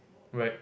right